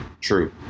true